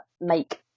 make